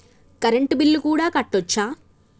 Current bill కూడా కట్టొచ్చా?